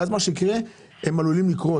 ואז מה שיקרה הם עלולים לקרוס.